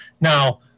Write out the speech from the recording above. now